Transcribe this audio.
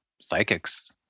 psychics